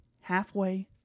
halfway